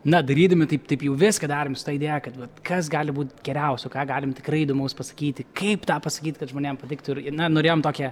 na darydami taip taip jau viską darom su ta idėja kad vat kas gali būt geriausio ką galim tikrai įdomaus pasakyti kaip tą pasakyt kad žmonėm patiktų ir ir na norėjom tokią